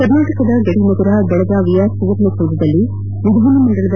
ಕರ್ನಾಟಕದ ಗಡಿ ನಗರ ಬೆಳಗಾವಿಯ ಸುವರ್ಣಸೌಧದಲ್ಲಿ ವಿಧಾನಮಂಡಲದ